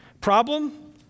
Problem